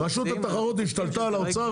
רשות התחרות השתלטה על האוצר.